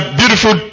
beautiful